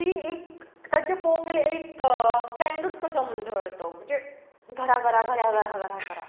ती एक तांचे पळोवंक गेल्यार एक ट्रेंडूच कसो दर तो म्हणजे घरां घरां घरां घरां